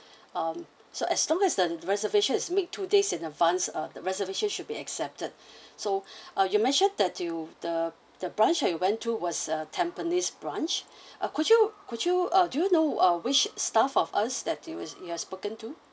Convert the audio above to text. um so as long as the reservation is made two days in advance uh the reservations should be accepted so uh you mentioned that you the the branch that you went to was uh tampines branch uh could you could you uh do you know uh which staff of us that you was you was spoken to